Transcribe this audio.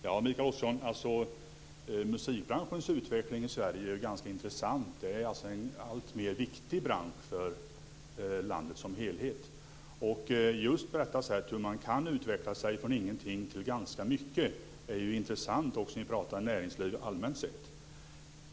Fru talman! Musikbranschens utveckling i Sverige är ganska intressant. Det är en alltmer viktig bransch för landet som helhet. Det är intressant hur man kan utveckla sig från ingenting till ganska mycket. Det är intressant när vi talar om näringsliv allmänt sett.